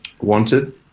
wanted